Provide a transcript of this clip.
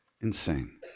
Insane